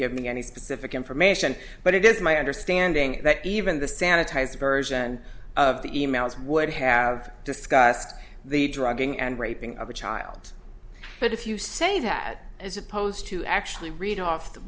give me any specific information but it is my understanding that even the sanitized version of the e mails would have discussed the drugging and raping of a child but if you say that as opposed to actually read off the